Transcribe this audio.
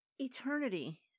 eternity